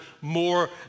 more